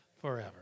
forever